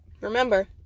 Remember